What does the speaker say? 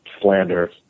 slander